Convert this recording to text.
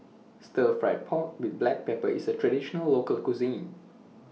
Stir Fried Pork with Black Pepper IS A Traditional Local Cuisine